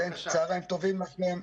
צוהריים טובים לכם,